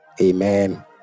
Amen